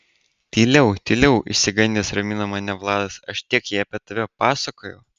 tyliau tyliau išsigandęs ramino mane vladas aš tiek jai apie tave pasakojau